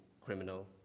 criminal